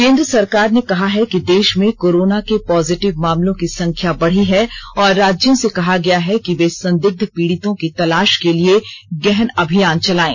केन्द्र सरकार ने कहा है कि देश में कोरोना के पॉजिटिव मामलों की संख्या बढ़ी है और राज्यों से कहा गया है कि वे संदिग्ध पीडितों की तलाश के लिए गहन अभियान चलायें